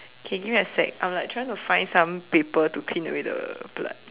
okay give me sec I'm like trying to find some paper to clean away the blood